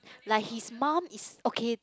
like his mum is okay